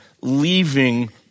leaving